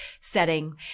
setting